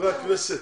הכנסת,